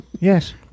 Yes